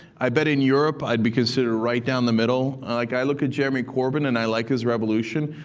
i bet in europe, i'd be considered right down the middle. like i look at jeremy corbyn, and i like his revolution.